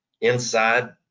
inside